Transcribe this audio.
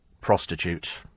prostitute